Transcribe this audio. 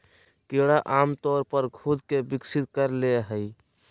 कीड़ा आमतौर पर खुद के विकसित कर ले हइ